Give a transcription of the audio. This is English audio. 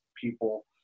people